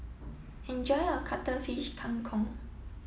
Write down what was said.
enjoy your Cuttlefish Kang Kong